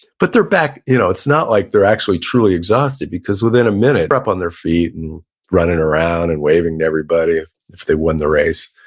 but they're back, you know it's not like they're actually truly exhausted because within a minute, they're up on their feet and running around and waving to everybody if they won the race.